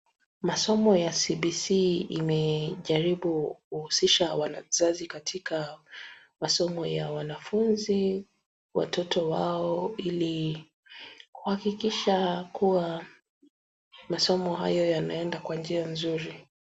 Masomo ya CBC imejaribu kuhusisha wazazi katika masomo ya wanafunzi, watoto wao ili kuhakikisha kuwa masomo hayo yanaenda kwa njia nzuri.